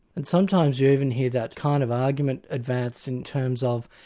and sometimes you even hear that kind of argument advanced in terms of,